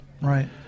Right